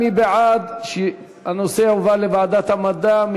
מי בעד שהנושא יועבר לוועדת המדע?